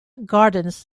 gardens